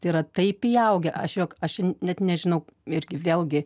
tai yra taip įaugę aš jog aš net nežinau irgi vėlgi